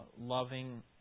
loving